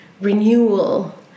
renewal